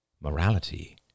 Morality